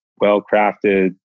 well-crafted